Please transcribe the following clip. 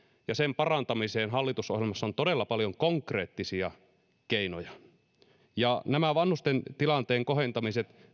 ja sen parantamiseen hallitusohjelmassa on todella paljon konkreettisia keinoja nämä vanhusten tilanteen kohentamiset